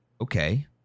okay